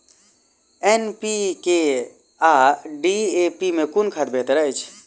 NPK आ DAP मे कुन खाद बेहतर अछि?